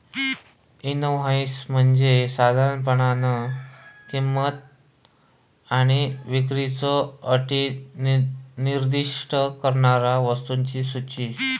invoice म्हणजे साधारणपणान किंमत आणि विक्रीच्यो अटी निर्दिष्ट करणारा वस्तूंची सूची